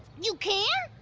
you can?